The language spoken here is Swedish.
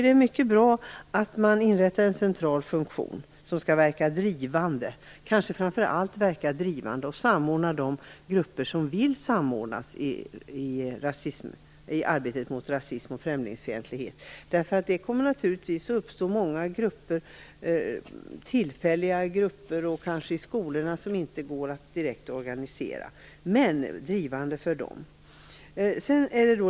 Det är mycket bra att man inrättar en central funktion som skall verka drivande och samordna de grupper som vill det i arbetet mot rasism och främlingsfientlighet. Det kommer naturligtvis att uppstå tillfälliga grupper, t.ex. i skolorna, och denna funktion skall verka drivande i det arbetet.